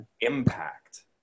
Impact